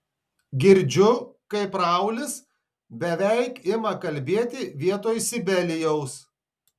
girdžiu kaip raulis beveik ima kalbėti vietoj sibelijaus